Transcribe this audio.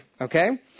Okay